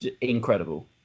incredible